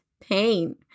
pain